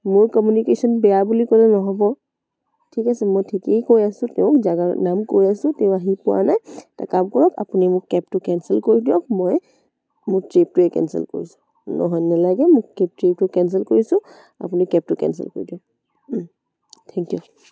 মোৰ কমিউনিকেশ্যন বেয়া বুলি ক'লে নহ'ব ঠিক আছে মই ঠিকেই কৈ আছোঁ তেওঁক জেগাৰ নাম কৈ আছোঁ তেওঁ আহি পোৱা নাই এটা কাম কৰক আপুনি কেবটো কেঞ্চেল কৰি দিয়ক মই মোৰ ট্ৰিপটোৱেই কেঞ্চেল কৰিছোঁ নহয় নেলাগে মোক ট্ৰিপটো কেঞ্চেল কৰিছোঁ আপুনি কেবটো কেঞ্চেল কৰি দিয়ক থেংক ইউ